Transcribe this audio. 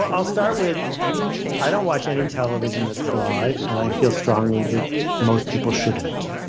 i'll start with i don't watch any television that's live, and i feel strongly that most people shouldn't.